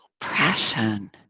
oppression